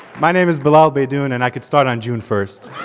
my name is bilal baydoun, and i can start on june first.